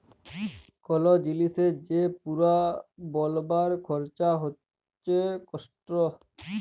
call জিলিসের যে পুরা বলবার খরচা হচ্যে কস্ট